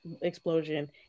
explosion